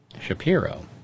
Shapiro